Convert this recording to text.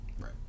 Right